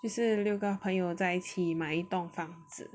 就是六个朋友在一起买一栋房子